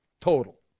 total